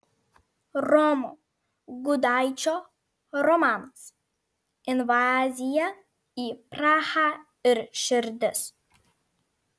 romo gudaičio romanas invazija į prahą ir širdis